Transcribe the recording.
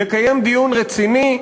לקיים דיון רציני,